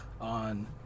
on